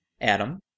Adam